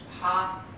Past